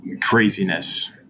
craziness